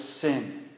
sin